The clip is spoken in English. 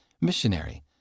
missionary